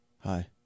Hi